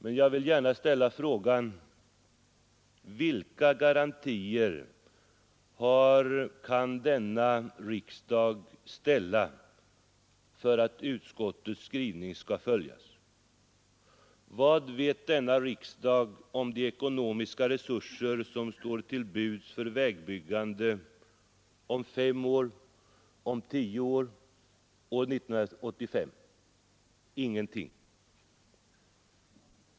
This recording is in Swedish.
Men jag vill fråga: Vilka garantier kan denna riksdag ställa för att utskottets skrivning skall följas? Vad vet denna riksdag om de ekonomiska resurser som står till buds för vägbyggande om fem år, om tio år, år 1985? Ingenting.